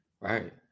Right